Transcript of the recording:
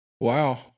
wow